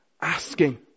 asking